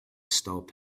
stop